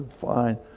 Fine